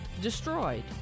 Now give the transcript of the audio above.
destroyed